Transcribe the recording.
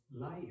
life